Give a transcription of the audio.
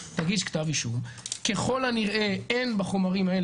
תגיש כתב אישום.' ככל הנראה אין בחומרים האלה,